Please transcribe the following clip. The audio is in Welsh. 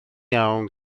iawn